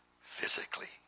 physically